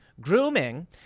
Grooming